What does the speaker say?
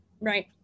Right